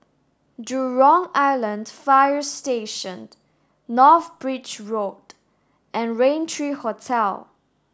Jurong Island Fire Station North Bridge Road and Rain Three Hotel